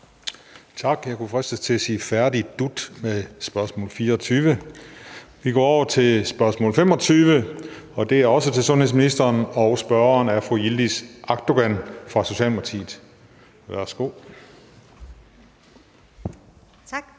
Tak. Jeg kunne fristes til at sige færdig dut med spørgsmålet. Vi går over til det næste spørgsmål, og det er også til sundhedsministeren. Spørgeren er fru Yildiz Akdogan fra Socialdemokratiet. Kl.